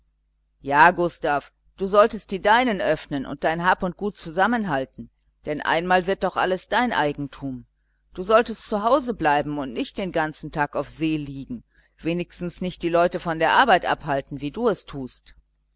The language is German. ja gustav du solltest die deinen öffnen und dein hab und gut zusammenhalten denn einmal wird doch alles dein eigentum du solltest zu hause bleiben und nicht den ganzen tag auf der see liegen wenigstens nicht die leute von der arbeit abhalten wie du es tust